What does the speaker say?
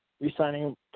re-signing